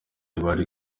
bari